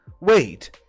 Wait